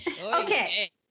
Okay